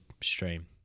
stream